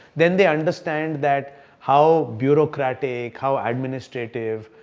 then they understand that how bureaucratic, how administrative,